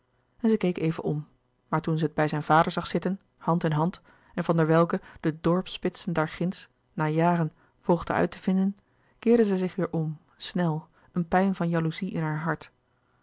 en zij keek even om maar toen zij het bij zijn vader zag zitten hand in hand en van der welcke de dorpsspitsen daarginds na jaren poogde uit te vinden keerde zij zich weêr om snel een pijn van jalouzie in haar hart